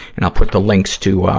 and i'll put the links to, ah,